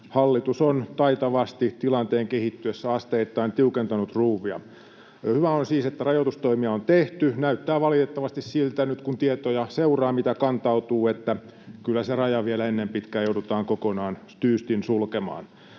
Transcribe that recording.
hallitus on taitavasti tilanteen kehittyessä asteittain tiukentanut ruuvia. Hyvä on siis, että rajoitustoimia on tehty, mutta nyt kun seuraa tietoja, mitä kantautuu, niin näyttää valitettavasti siltä, että kyllä se raja vielä ennen pitkää joudutaan kokonaan, tyystin sulkemaan.